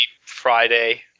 Friday